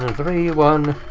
and three, one,